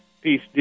peace